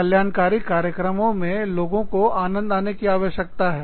कल्याणकारी कार्यक्रमों में लोगों को आनंद आने की आवश्यकता है